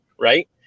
Right